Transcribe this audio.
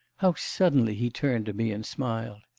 how suddenly he turned to me and smiled.